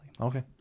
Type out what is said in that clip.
Okay